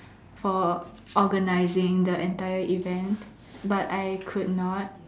for organizing the entire event but I could not